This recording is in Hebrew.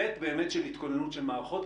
ב', של התכוננות למערכות.